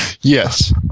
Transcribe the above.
Yes